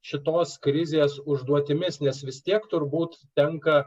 šitos krizės užduotimis nes vis tiek turbūt tenka